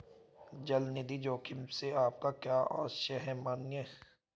चल निधि जोखिम से आपका क्या आशय है, माननीय?